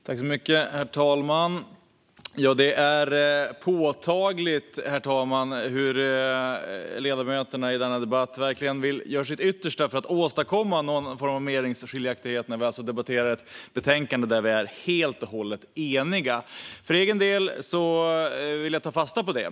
Herr talman! Det är påtagligt hur ledamöterna i denna debatt verkligen gör sitt yttersta för att åstadkomma någon form av meningsskiljaktighet när vi alltså debatterar ett betänkande där vi är helt och hållet eniga. För egen del vill jag ta fasta på detta.